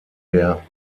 der